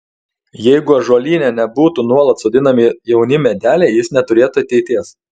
jeigu ąžuolyne nebūtų nuolat sodinami jauni medeliai jis neturėtų ateities